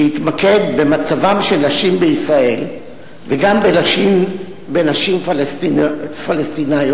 שהתמקד במצבן של נשים בישראל וגם בנשים פלסטיניות,